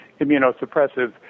immunosuppressive